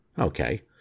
Okay